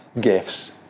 gifts